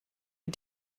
had